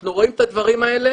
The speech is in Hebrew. אנחנו רואים את הדברים האלה.